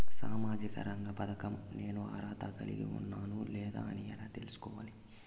సామాజిక రంగ పథకం నేను అర్హత కలిగి ఉన్నానా లేదా అని ఎలా తెల్సుకోవాలి?